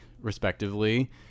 respectively